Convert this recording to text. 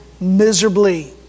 miserably